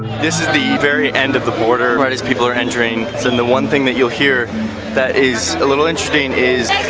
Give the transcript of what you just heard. this is the very end of the border. where these people are entering. so and the one thing that you'll hear that is a little interesting is.